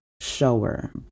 shower